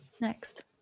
next